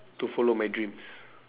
to follow my dreams